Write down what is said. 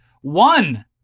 one